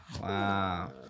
wow